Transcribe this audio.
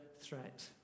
threat